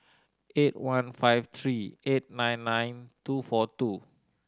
eight one five three eight nine nine two four two